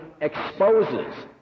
exposes